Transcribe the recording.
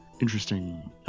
interesting